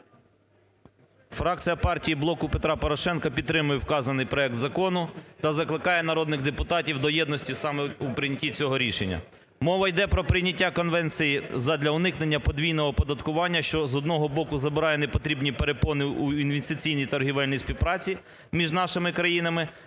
Фракція "Блоку Петра Порошенка" підтримує вказаний проект закону та закликає народних депутатів до єдності саме у прийнятті цього рішення. Мова йде про прийняття конвенції за для уникнення подвійного оподаткування, що, з одного боку, забирає не потрібні перепони у інвестиційній торгівельній співпраці між нашими країнами,